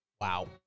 Wow